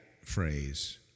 phrase